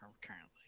currently